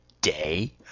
day